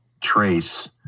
trace